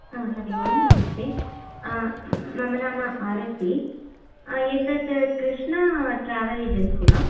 हा हरिः ओं नमस्ते मम नाम आरति एतत् कृष्णा ट्रावेल् एजेन्सि वा